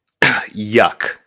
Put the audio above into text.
Yuck